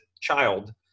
child